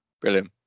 Brilliant